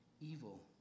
evil